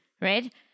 Right